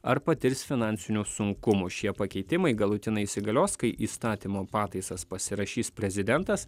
ar patirs finansinių sunkumų šie pakeitimai galutinai įsigalios kai įstatymo pataisas pasirašys prezidentas